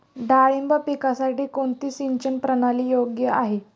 डाळिंब पिकासाठी कोणती सिंचन प्रणाली योग्य आहे?